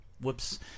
whoops